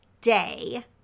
day